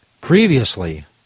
Previously